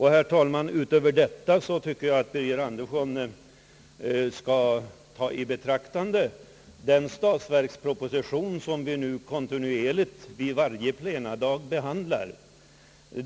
Herr talman! Utöver detta tycker jag att herr Birger Andersson skulle ta i beaktande den = statsverksproposition som vi nu kontinuerligt behandlar vid varje plenum.